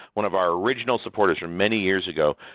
one of our original supporter from many years ago.